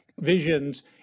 visions